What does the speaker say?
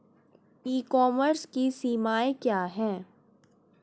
ई commerce की सीमाएं क्या हैं?